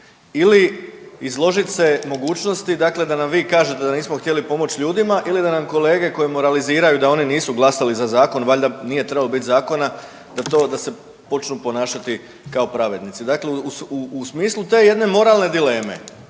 ili izložiti se mogućnosti dakle da nam vi kažete da nismo htjeli pomoći ljudima ili da nam kolege koji moraliziraju da oni nisu glasali za zakon, valjda nije trebalo biti zakona, da to, da se počnu ponašati kao pravednici. Dakle u smislu te jedne moralne dileme